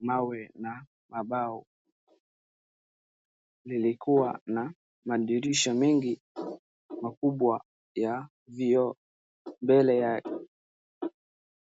mawe na mabao. Lilikuwa na madirisha mengi makubwa ya vioo mbele ya...